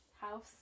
house